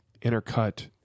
intercut